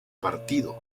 partido